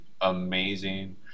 amazing